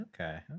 okay